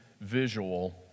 visual